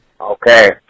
Okay